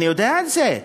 אני יודע את זה,